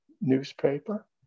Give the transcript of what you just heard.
newspaper